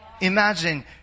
Imagine